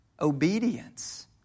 obedience